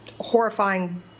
horrifying